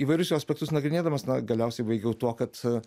įvairius jo aspektus nagrinėdamas na galiausiai baigiau tuo kad